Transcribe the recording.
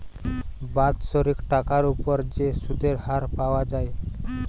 বাৎসরিক টাকার উপর যে সুধের হার পাওয়া যায়